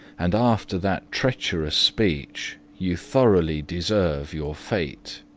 and after that treacherous speech you thoroughly deserve your fate.